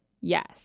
Yes